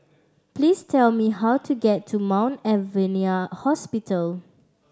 please tell me how to get to Mount Alvernia Hospital